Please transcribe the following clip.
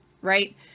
Right